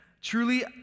Truly